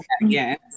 yes